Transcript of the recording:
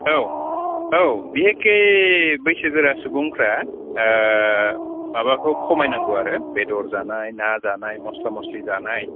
औ औ बिखेखकै बैसोगोरा सुबुंफ्रा माबाखौ खमायनांगौ आरो बेदर जानाय ना जानाय मस्ला मस्लि जानाय